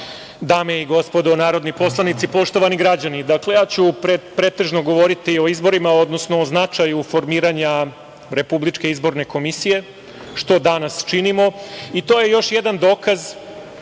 dame i gospodo narodni poslanici, poštovani građani, ja ću pretežno govoriti o izborima, odnosno o značaju formiranja Republičke izborne komisije, što danas činimo. To je još jedan dokaz